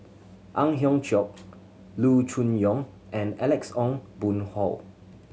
Ang Hiong Chiok Loo Choon Yong and Alex Ong Boon Hau